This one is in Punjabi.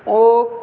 ਉਹ